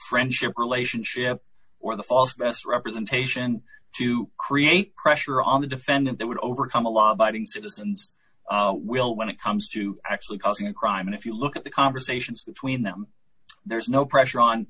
friendship or relationship or the false best representation to create pressure on the defendant that would overcome a law abiding citizens will when it comes to actually causing a crime if you look at the conversations between them there's no pressure on